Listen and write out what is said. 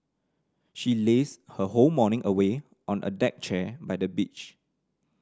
she lazed her whole morning away on a deck chair by the beach